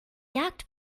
jagd